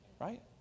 right